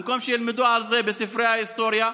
במקום שילמדו על זה בספרי ההיסטוריה,